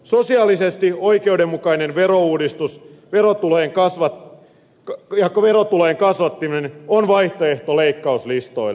sosiaalisesti oikeudenmukainen verouudistus ja verotulojen kasvattaminen on vaihtoehto leikkauslistoille